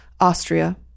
austria